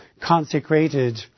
consecrated